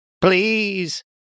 Please